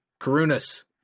Karunas